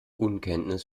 unkenntnis